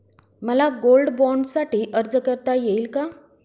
मला गोल्ड बाँडसाठी अर्ज करता येईल का?